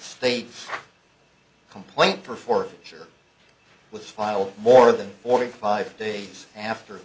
state complaint for for sure was filed more than forty five days after